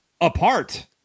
apart